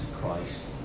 Christ